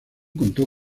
contó